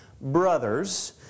brothers